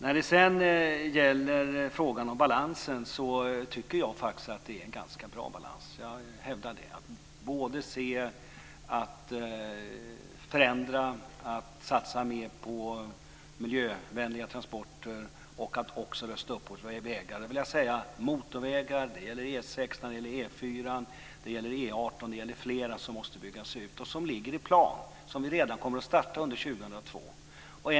När det sedan gäller frågan om balansen hävdar jag att det är ganska bra balans mellan att förändra, att satsa mer på miljövänliga transporter och att rusta upp våra vägar. Jag vill säga att de motorvägar, det gäller E 6, E 4, E 18 och flera andra, som måste byggas ut ligger i plan. Den utbyggnaden kommer vi att starta redan under 2002.